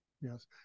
Yes